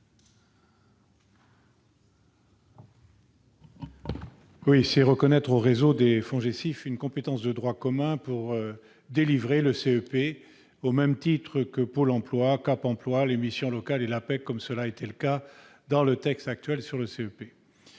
s'agit de reconnaître au réseau des FONGECIF une compétence de droit commun pour délivrer le CEP, au même titre que Pôle emploi, Cap emploi, les missions locales et l'APEC, comme cela était le cas dans le texte actuel sur le CEP,